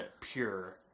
pure